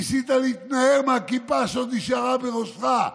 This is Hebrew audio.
ניסית להתנער מהכיפה שעוד נשארה על ראשך.